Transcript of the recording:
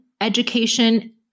education